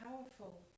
powerful